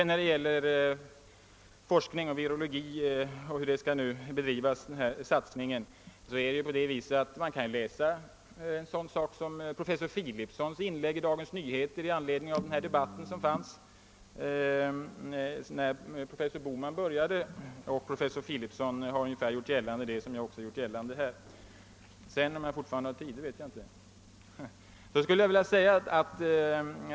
När det gäller frågan om satsningen på den virologiska forskningen, bör man läsa professor Philipsons inlägg i Dagens Nyheter med anledning av den debatt som professor Boman påbörjade. Professor Philipson ger där uttryck för ungefär samma uppfattning som jag här gett uttryck för.